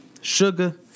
sugar